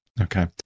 okay